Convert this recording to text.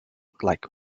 like